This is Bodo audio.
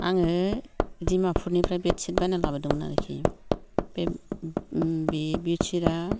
आङो डिमाफुरनिफ्राय बेड सिट बायना लाबोदोंमोन आरखि ओम बे बेड सिटआ